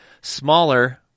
smaller